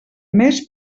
mes